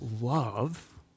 love